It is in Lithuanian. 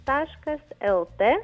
taškas lt